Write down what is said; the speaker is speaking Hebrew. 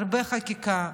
הרבה חקיקה,